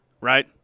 right